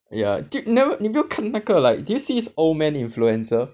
yeah you nev~ 你没有看那个 like did you see this old man influencer